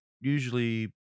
usually